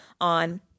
on